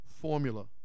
formula